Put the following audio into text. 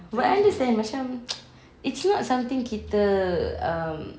I understand macam it's not something kita um